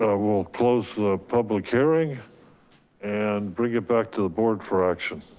ah will close the public hearing and bring it back to the board for action.